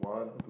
um